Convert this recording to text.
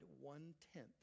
one-tenth